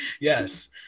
Yes